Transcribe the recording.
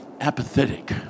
apathetic